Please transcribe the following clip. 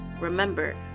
Remember